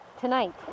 tonight